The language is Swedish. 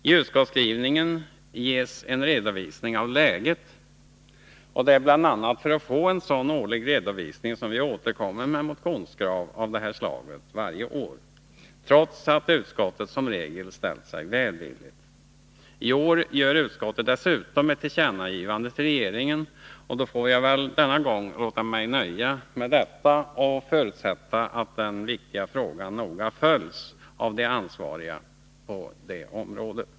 I utskottsskrivningen ges en redovisning av läget. Det är bl.a. för att få en sådan årlig redovisning som vi återkommer med motionskrav av det här slaget varje år, trots att utskottet som regel har ställt sig välvilligt. I år föreslår utskottet dessutom ett tillkännagivande till regeringen, och då får jag väl denna gång låta mig nöja med detta, och jag förutsätter att denna viktiga fråga noga följs av de ansvariga på området.